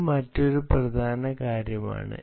ഇത് മറ്റൊരു പ്രധാന കാര്യമാണ്